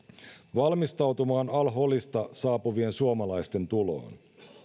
valmistautumaan al holista saapuvien suomalaisten tuloon